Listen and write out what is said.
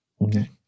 Okay